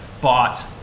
bought